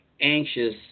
anxious